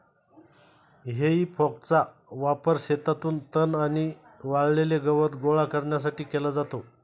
हेई फॉकचा वापर शेतातून तण आणि वाळलेले गवत गोळा करण्यासाठी केला जातो